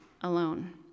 alone